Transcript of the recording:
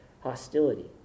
hostility